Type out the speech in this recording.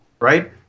right